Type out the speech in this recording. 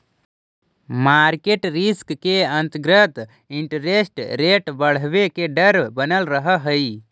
market risk के अंतर्गत interest rate बढ़वे के डर बनल रहऽ हई